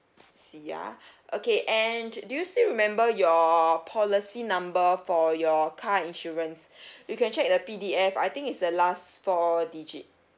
C ah okay and do you still remember your policy number for your car insurance you can check the P_D_F I think it's the last four digit